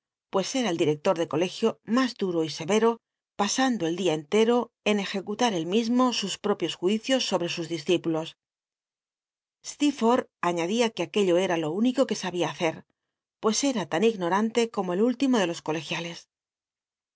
pues era el director de colegio mas duro y serero pas mdo el día en ejecutar él mismo sus propios juicios sobte sus discípulo s stcerfotth aiíadia que aquello cra lo único jlic sabia hacer pues era tan ignorante como el último de los colegiales